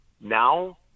Now